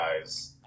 guys –